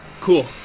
Cool